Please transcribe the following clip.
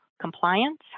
compliance